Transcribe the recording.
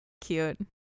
cute